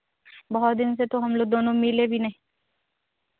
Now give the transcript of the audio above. बहुत दिन से तो हम लोग दोनों मिले भी नहीं